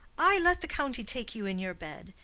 ay, let the county take you in your bed!